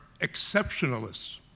exceptionalists